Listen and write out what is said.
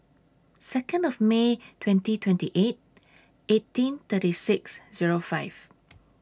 Second of May twenty twenty eight eighteen thirty six Zero five